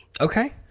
Okay